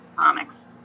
comics